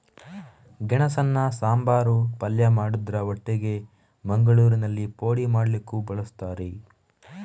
ಗೆಣಸನ್ನ ಸಾಂಬಾರು, ಪಲ್ಯ ಮಾಡುದ್ರ ಒಟ್ಟಿಗೆ ಮಂಗಳೂರಿನಲ್ಲಿ ಪೋಡಿ ಮಾಡ್ಲಿಕ್ಕೂ ಬಳಸ್ತಾರೆ